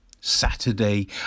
Saturday